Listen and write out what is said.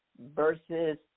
versus